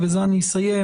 ובזה אני אסיים,